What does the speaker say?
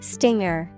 Stinger